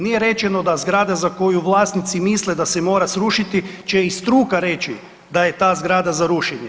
Nije rečeno da zgrada za koju vlasnici misle da se mora srušiti će i struka reći da je ta zgrada za rušenje.